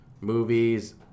movies